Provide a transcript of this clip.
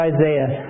Isaiah